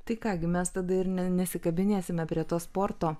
tai ką gi mes tada ir nebesikabinėsime prie to sporto